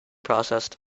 processed